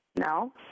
No